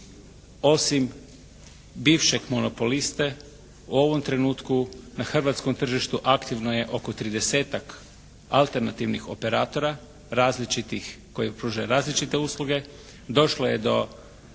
osim bivšeg monopoliste u ovom trenutku na hrvatskom tržištu aktivno je oko 30-tak alternativnih operatora, različitih, koji pružaju različite usluge.